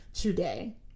today